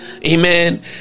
amen